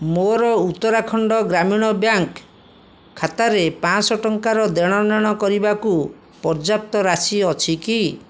ମୋର ଉତ୍ତରାଖଣ୍ଡ ଗ୍ରାମୀଣ ବ୍ୟାଙ୍କ୍ ଖାତାରେ ପାଆଁଶହ ଟଙ୍କାର ଦେଣନେଣ କରିବାକୁ ପର୍ଯ୍ୟାପ୍ତ ରାଶି ଅଛି କି